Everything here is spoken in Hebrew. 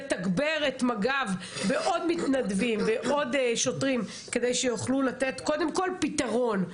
לתגבר את מג"ב בעוד מתנדבים ועוד שוטרים כדי שיוכלו לתת קודם כל פיתרון.